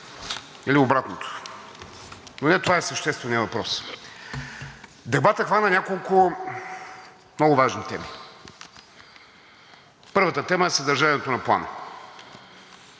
или обратното? Но не това е същественият въпрос. Дебатът хвана няколко много важни теми. Първата тема е съдържанието на Плана.